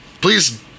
please